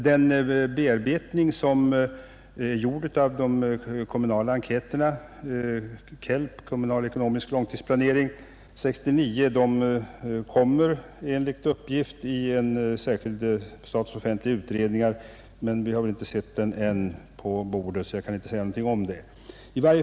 Den bearbetning som är gjord av KELP — kommunalekonomiska långtidsplaneringen — 1969 kommer enligt uppgift att redovisas i statens offentliga utredningar. Men eftersom materialet ännu inte framlagts kan jag inte säga någonting om detta.